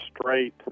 straight